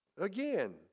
again